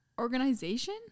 Organization